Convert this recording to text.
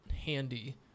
handy